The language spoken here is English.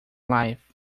life